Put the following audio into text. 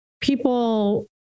people